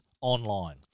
online